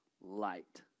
light